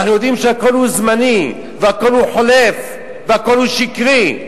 אנחנו יודעים שהכול זמני והכול חולף והכול שקרי.